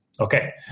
Okay